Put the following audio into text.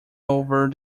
over